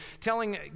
telling